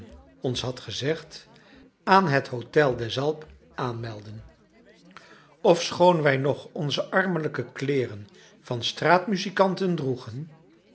ons had gezegd aan het hotel des alpes aanmeldden ofschoon wij nog onze armelijke kleeren van straatmuzikanten droegen